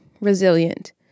resilient